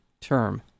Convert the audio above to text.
term